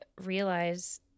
realize